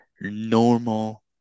normal